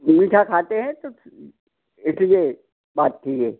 मीठा खाते हैं तो इस लिए बात थी ये